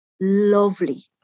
lovely